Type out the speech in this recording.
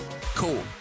Cool